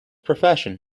profession